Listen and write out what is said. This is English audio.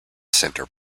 centre